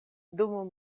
dum